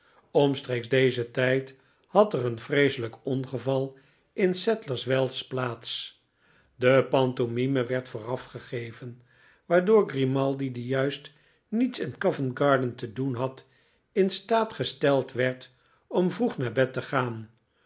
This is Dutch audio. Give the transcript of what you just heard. omstreeks dezen tijd had er een vreeselijk ongeval in sadlers wells plaats de pantomime werd vooraf gegeven waardoor grimaldi die juist niets in co vent garden te doen had in staat gesteld werd om vroeg naar bed te gaan